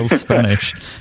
Spanish